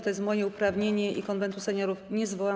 To jest moje uprawnienie i Konwentu Seniorów nie zwołam.